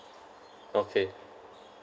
okay